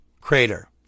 crater